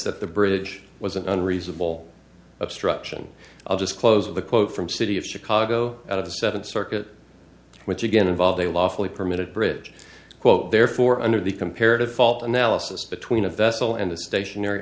that the bridge was an unreasonable obstruction of just close of the quote from city of chicago out of the seven circle which again involved a lawful permitted bridge quote therefore under the comparative fault analysis between a vessel and a stationary